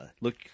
look